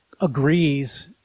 agrees